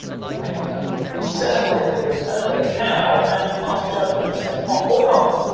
more paint work. we celebrate the return of a cow and pass judgement, saying hot or not,